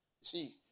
See